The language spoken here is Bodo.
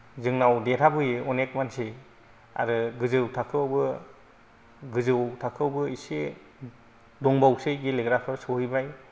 जोंनाव देरहाबोयो अनेख मानसि आरो गोजौ थाखोआवबो गोजौ थाखोआवबो इसे दंबावसै गेलेग्राफोर सहैबाय